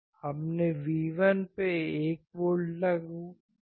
हमने V1 पर 1 volt लागू किया